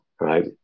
right